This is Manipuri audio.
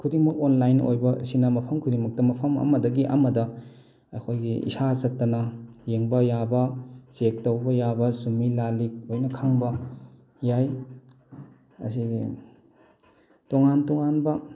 ꯈꯨꯗꯤꯡꯃꯛ ꯑꯣꯟꯂꯥꯏꯟ ꯑꯣꯏꯕꯁꯤꯅ ꯃꯐꯝ ꯈꯨꯗꯤꯡꯃꯛꯇ ꯃꯐꯝ ꯑꯃꯗꯒꯤ ꯑꯃꯗ ꯑꯩꯈꯣꯏꯒꯤ ꯏꯁꯥ ꯆꯠꯇꯅ ꯌꯦꯡꯕ ꯌꯥꯕ ꯆꯦꯛ ꯇꯧꯕ ꯌꯥꯕ ꯆꯨꯝꯃꯤ ꯂꯥꯜꯂꯤ ꯂꯣꯏꯅ ꯈꯪꯕ ꯌꯥꯏ ꯑꯁꯤꯒꯤ ꯇꯣꯉꯥꯟ ꯇꯣꯉꯥꯟꯕ